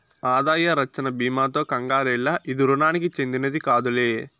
ఆదాయ రచ్చన బీమాతో కంగారేల, ఇది రుణానికి చెందినది కాదులే